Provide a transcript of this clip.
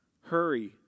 Hurry